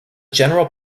general